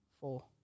Four